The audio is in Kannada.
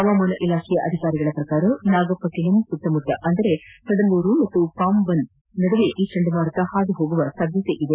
ಹವಾಮಾನ ಇಲಾಖೆಯ ಅಧಿಕಾರಿಗಳ ಪ್ರಕಾರ ನಾಗಪಟ್ಟಣಂ ಸುತ್ತಮುತ್ತ ಅಂದರೆ ಕಡಲೂರು ಮತ್ತು ಪಂಬನ್ ನಡುವೆ ಈ ಚಂಡಮಾರುತ ಹಾದುಹೋಗುವ ಸಾಧ್ಯತೆ ಇದೆ